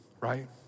right